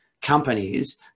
Companies